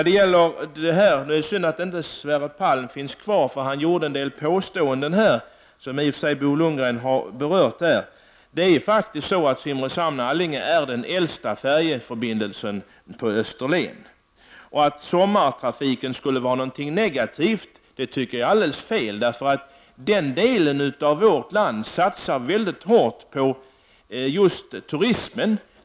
Det är synd att Sverre Palm inte finns kvar i kammaren, för han gjorde en del påståenden, som i och för sig Bo Lundgren har berört. Simrishamn-Allinge är den äldsta färjeförbindelsen på Österlen. Att säga att sommartrafik skulle vara något negativt tycker jag är alldeles fel. Denna del av vårt land satsar väldigt hårt på just turism.